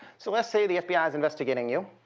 so let's say the fbi ah is investigating you.